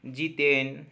जितेन